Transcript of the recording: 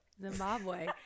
zimbabwe